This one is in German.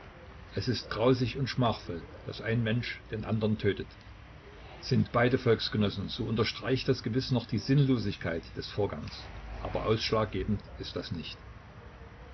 es ist grausig und schmachvoll daß ein mensch den andern tötet sind beide volksgenossen so unterstreicht das gewiß noch die sinnlosigkeit des vorganges aber ausschlaggebend ist das nicht